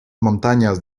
montañas